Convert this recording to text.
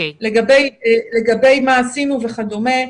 לגבי מה עשינו וכדומה.